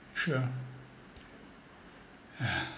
sure